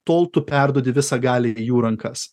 tol tu perduodi visą galią į jų rankas